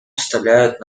составляют